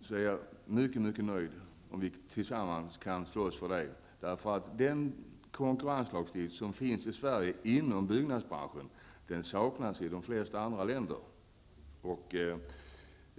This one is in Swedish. så är jag mycket nöjd. Då kan vi tillsammans slåss för det. Den konkurrenslagstiftning som finns i Sverige inom byggnadsbranschen saknas i de flesta andra länder.